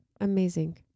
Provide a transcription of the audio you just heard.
Amazing